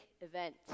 event